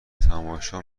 تماشا